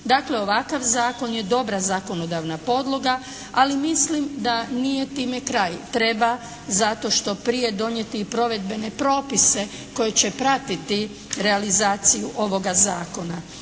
Dakle, ovakav zakon je dobra zakonodavna podloga. Ali mislim da nije time kraj. Treba zato što prije donijeti i provedbene propise koji će pratiti realizaciju ovoga zakona.